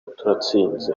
turatsinze